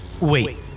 Wait